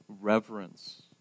reverence